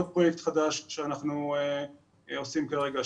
עוד פרויקט חדש שאנחנו עושים כרגע.